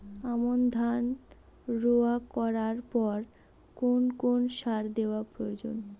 আমন ধান রোয়া করার পর কোন কোন সার দেওয়া প্রয়োজন?